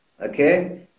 okay